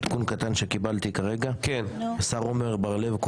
עדכון קטן שקיבלתי כרגע השר עמר בר לב,